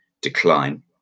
decline